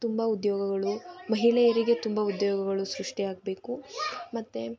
ತುಂಬ ಉದ್ಯೋಗಗಳು ಮಹಿಳೆಯರಿಗೆ ತುಂಬ ಉದ್ಯೋಗಗಳು ಸೃಷ್ಟಿ ಆಗಬೇಕು ಮತ್ತೆ